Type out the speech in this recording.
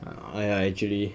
oh !aiya! actually